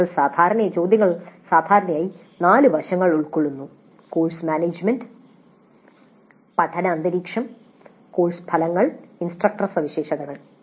ചോദ്യങ്ങൾ സാധാരണയായി നാല് വശങ്ങൾ ഉൾക്കൊള്ളുന്നു കോഴ്സ് മാനേജുമെന്റ് പഠന അന്തരീക്ഷം കോഴ്സ് ഫലങ്ങൾ ഇൻസ്ട്രക്ടർ സവിശേഷതകൾ